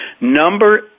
number